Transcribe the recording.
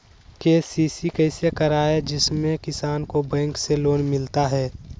KCC कैसे कराये जिसमे किसान को बैंक से लोन मिलता है?